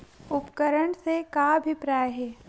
उपकरण से का अभिप्राय हे?